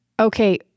okay